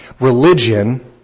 Religion